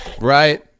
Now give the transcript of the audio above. right